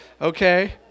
Okay